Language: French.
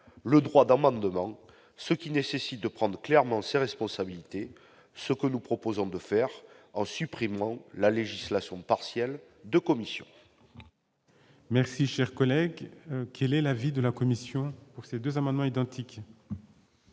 le droit d'amendement, ce qui nécessite de prendre clairement ses responsabilités, ce que nous proposons de faire en supprimant la législation partielle de commissions. Merci, cher collègue, quel est l'avis de la commission pour ces 2 amendements identiques.